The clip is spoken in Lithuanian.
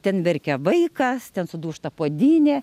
ten verkia vaikas ten sudūžta puodynė